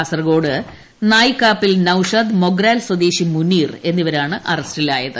കാസർഗോഡ് നായിക്കാപ്പിൽ നൌഷാദ് മൊഗ്രാൽ സ്വദേശി മുനീർ എന്നിവരാണ് അറസ്റ്റിലായത്